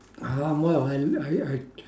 ah well I I I